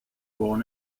born